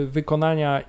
wykonania